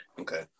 okay